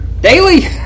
daily